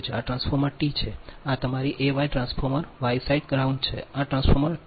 આ transformer T છે આ તમારી એ Y transformer Y side ground છે